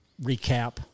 recap